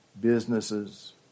businesses